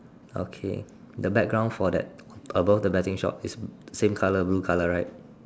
okay the background for that above the wedding shop is same colour blue colour right